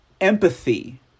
Empathy